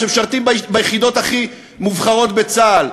שמשרתים ביחידות הכי מובחרות בצה"ל,